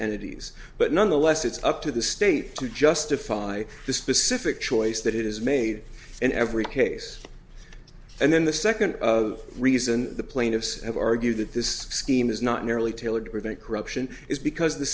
entities but nonetheless it's up to the state to justify the specific choice that is made in every case and then the second of reason the plaintiffs have argued that this scheme is not merely tailored to prevent corruption is because